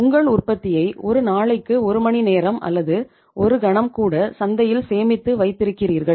உங்கள் உற்பத்தியை ஒரு நாளைக்கு ஒரு மணிநேரம் அல்லது ஒரு கணம் கூட சந்தையில் சேமித்து வைத்திருக்கிறீர்கள்